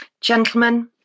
Gentlemen